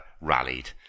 rallied